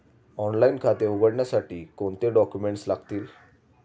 Online खाते उघडण्यासाठी कोणते डॉक्युमेंट्स लागतील?